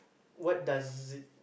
what does it